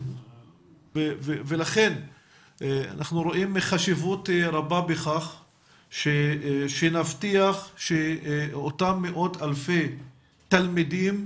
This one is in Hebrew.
לכן אנחנו רואים חשיבות רבה בכך שנבטיח שאותם מאות אלפי תלמידים,